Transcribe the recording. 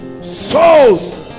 souls